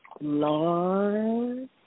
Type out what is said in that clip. Lord